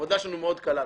העבודה שלנו מאוד קלה.